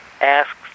asks